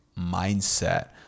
mindset